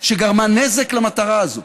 שגרמה נזק למטרה הזאת.